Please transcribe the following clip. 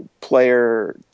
player